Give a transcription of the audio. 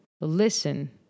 listen